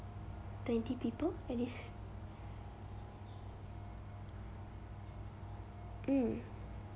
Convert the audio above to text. twenty people at least mm